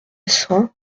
cent